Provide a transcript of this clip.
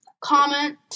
comment